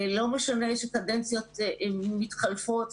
לא משנה שקדנציות מתחלפות,